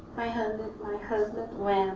my husband my husband went